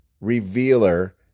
revealer